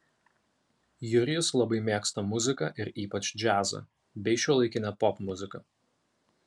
jurijus labai mėgsta muziką ir ypač džiazą bei šiuolaikinę popmuziką